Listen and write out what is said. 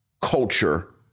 culture